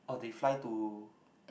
oh they fly to